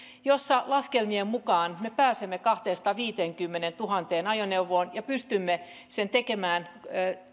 jossa laskelmien mukaan me pääsemme kahteensataanviiteenkymmeneentuhanteen ajoneuvoon ja pystymme sen tekemään